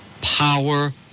power